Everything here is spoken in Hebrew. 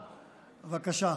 בבקשה,